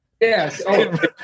Yes